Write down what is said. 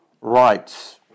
rights